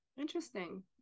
Interesting